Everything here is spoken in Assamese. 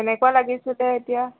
কেনেকুৱা লাগিছিলে এতিয়া